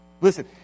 Listen